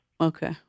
Okay